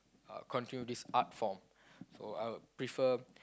uh continue this art form so I would prefer